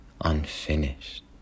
unfinished